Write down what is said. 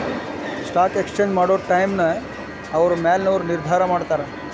stock exchange ಮಾಡೊ ಟೈಮ್ನ ಅವ್ರ ಮ್ಯಾಲಿನವರು ನಿರ್ಧಾರ ಮಾಡಿರ್ತಾರ